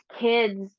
kids